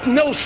no